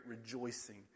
rejoicing